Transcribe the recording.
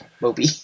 Moby